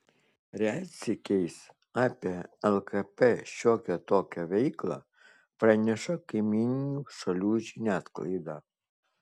retsykiais apie lkp šiokią tokią veiklą praneša kaimyninių šalių žiniasklaida